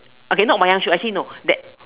okay not wayang show actually no that